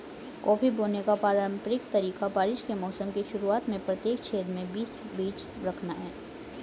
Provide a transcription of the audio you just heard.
coffee बोने का पारंपरिक तरीका बारिश के मौसम की शुरुआत में प्रत्येक छेद में बीस बीज रखना है